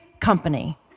company